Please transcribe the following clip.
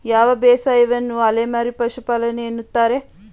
ಯಾವ ಬೇಸಾಯವನ್ನು ಅಲೆಮಾರಿ ಪಶುಪಾಲನೆ ಎನ್ನುತ್ತಾರೆ?